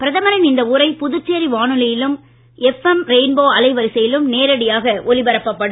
பிரதமரின் இந்த உரை புதுச்சேரி வானொலியிலும் ரெயின்போ எஃப்எம் அலைவரிசையிலும் நேரடியாக ஒலிபரப்பப்படும்